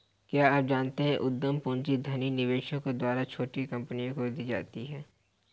क्या आप जानते है उद्यम पूंजी धनी निवेशकों द्वारा छोटी कंपनियों को दी जाती है?